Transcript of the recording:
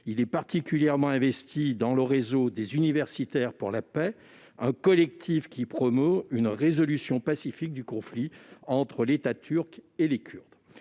Il est particulièrement investi dans le réseau Universitaires pour la Paix, collectif qui promeut une résolution pacifique du conflit entre l'État turc et les Kurdes.